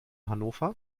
hannover